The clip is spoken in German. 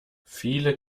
viele